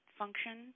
function